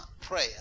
prayer